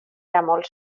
semblant